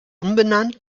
umbenannt